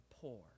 poor